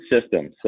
system